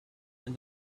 and